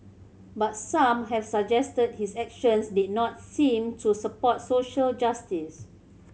but some have suggested his actions did not seem to support social justice